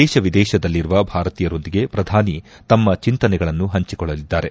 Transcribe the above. ದೇಶ ವಿದೇಶದಲ್ಲಿರುವ ಭಾರತೀಯರೊಂದಿಗೆ ಪ್ರಧಾನಿ ತಮ್ಮ ಚಿಂತನೆಗಳನ್ನು ಹಂಚಿಕೊಳ್ಳಲಿದ್ದಾರೆ